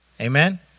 Amen